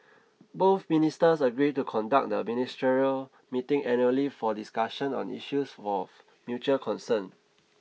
both ministers agreed to conduct the ministerial meeting annually for discussions on issues for mutual concern